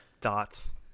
thoughts